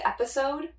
episode